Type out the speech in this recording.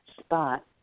spot